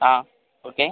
ஆ okay